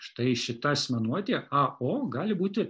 štai šita asmenuotė a o gali būti